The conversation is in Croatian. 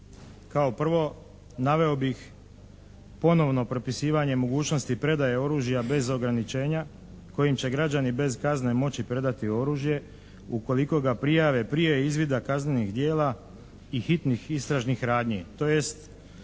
Kao prvo, naveo bih ponovno propisivanje mogućnosti predaje oružja bez ograničenja kojim će građani bez kazne moći predati oružje ukoliko ga prijave prije izvida kaznenih djela i hitnih istražnih radnji.